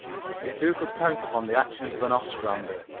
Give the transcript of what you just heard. yet who could count upon the actions of an ostrander,